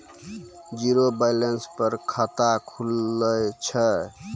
Zero balance पर खाता खुले छै?